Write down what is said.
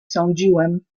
sądziłem